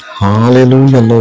hallelujah